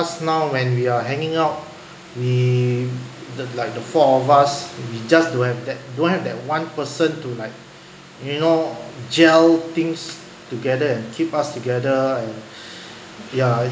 us now when we are hanging out we like the four of us we just don't have that don't have that one person to like you know gel things together and keep us together and ya